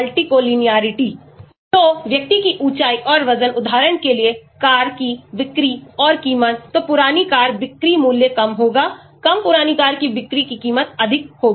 y a b x1 y a b x1 c x2 तो व्यक्ति की ऊंचाई और वजन उदाहरण के लिए कार की बिक्री और कीमत तो पुरानी कार बिक्री मूल्य कम होगाकम पुरानी कार की बिक्री की कीमत अधिक होगी